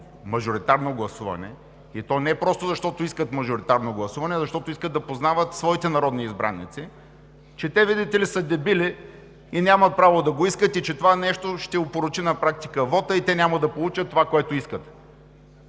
мажоритарно гласуване, и то не просто защото искат мажоритарно гласуване, а защото искат да познават своите народни избраници, че те, видите ли, са дебили, нямат право да го искат и че това нещо ще опорочи на практика вота и те няма да получат това, което искат.